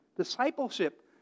discipleship